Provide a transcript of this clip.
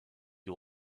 you